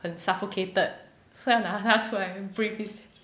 很 suffocated 所以要拿它出来 breathe 一下